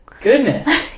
Goodness